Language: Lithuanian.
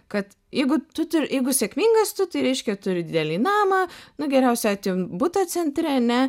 kad jeigu tu turi jeigu sėkmingas tu tai reiškia turi didelį namą nu geriausiu atveju butą centre ane